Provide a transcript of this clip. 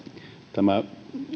tämä